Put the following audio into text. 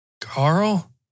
Carl